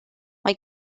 mae